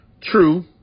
true